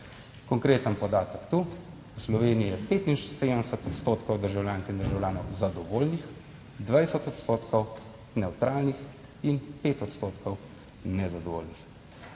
Konkreten podatek tu, v Sloveniji je 75 odstotkov državljank in državljanov zadovoljnih, 20 odstotkov nevtralnih in 5 odstotkov nezadovoljnih.